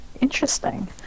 interesting